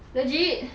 legit